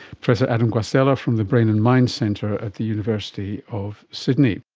professor adam guastella from the brain and mind centre at the university of sydney